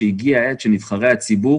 והגיעה העת שנבחרי הציבור